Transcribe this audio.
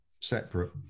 separate